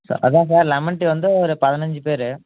sir அதான் sir lemon tea வந்து ஒரு பதினஞ்சுப் பேர்